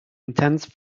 intense